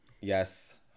Yes